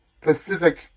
Pacific